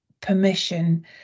permission